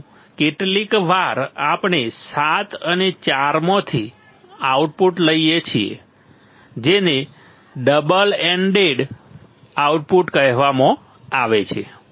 પરંતુ કેટલીકવાર આપણે 7 અને 4 માંથી આઉટપુટ લઈએ છીએ જેને ડબલ એન્ડેડ આઉટપુટ કહેવામાં આવે છે